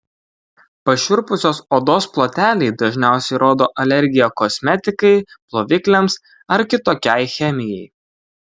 pašiurpusios odos ploteliai dažniausiai rodo alergiją kosmetikai plovikliams ar kitokiai chemijai